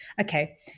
okay